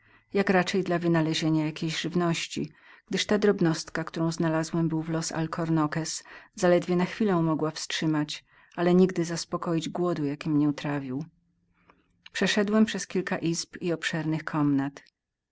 jak raczej dla wynalezienia jakiej żywności gdyż ta drobnostka którą znalazłem był w alcornoques zaledwie na chwilę mogła wstrzymać ale nigdy zaspokoić głodu jaki mnie trawił przeszedłem przez kilka izb i obszernych komnat